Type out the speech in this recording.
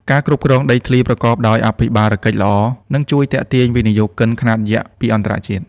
ការគ្រប់គ្រងដីធ្លីប្រកបដោយអភិបាលកិច្ចល្អ នឹងជួយទាក់ទាញវិនិយោគិនខ្នាតយក្សពីអន្តរជាតិ។